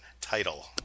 title